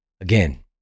again